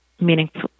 meaningful